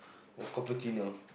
or cappuccino